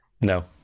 No